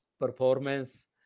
performance